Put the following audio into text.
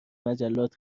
مجلات